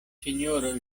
sinjoro